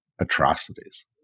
atrocities